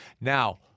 Now